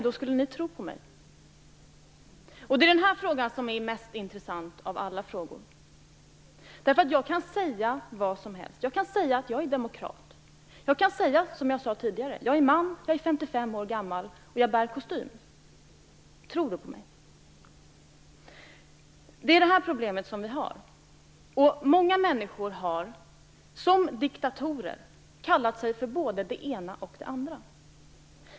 Skulle ni tro på mig? Det är den här frågan som är mest intressant av alla. Jag kan säga vad som helst. Jag kan säga att jag är demokrat. Jag kan säga, som jag sade tidigare, att jag är man, 55 år gammal och bär kostym. Tror ni då på mig! Det är det problem vi har. Många människor har som diktatorer kallat sig för både det ena och det andra.